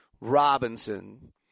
Robinson